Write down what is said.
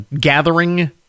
gathering